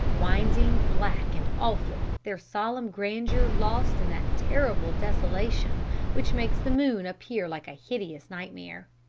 winding, black and awful their solemn grandeur lost in that terrible desolation which makes the moon appear like a hideous nightmare.